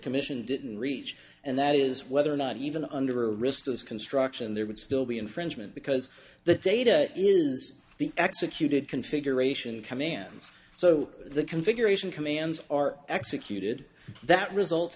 commission didn't reach and that is whether or not even under aristos construction there would still be infringement because the data is the executed configuration commands so the configuration commands are executed that result